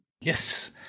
Yes